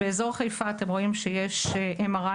באזור חיפה אתם רואים שיש מכשירי MRI